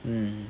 mm